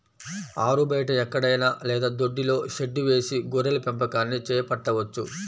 ఆరుబయట ఎక్కడైనా లేదా దొడ్డిలో షెడ్డు వేసి గొర్రెల పెంపకాన్ని చేపట్టవచ్చు